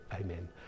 Amen